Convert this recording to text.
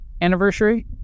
anniversary